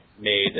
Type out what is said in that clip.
made